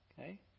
Okay